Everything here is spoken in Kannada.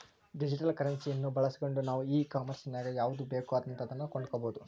ಡಿಜಿಟಲ್ ಕರೆನ್ಸಿಯನ್ನ ಬಳಸ್ಗಂಡು ನಾವು ಈ ಕಾಂಮೆರ್ಸಿನಗ ಯಾವುದು ಬೇಕೋ ಅಂತದನ್ನ ಕೊಂಡಕಬೊದು